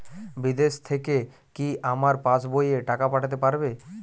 বিদেশ থেকে কি আমার পাশবইয়ে টাকা পাঠাতে পারবে?